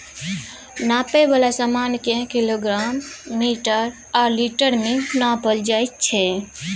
नापै बला समान केँ किलोग्राम, मीटर आ लीटर मे नापल जाइ छै